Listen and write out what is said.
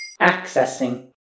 Accessing